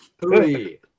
three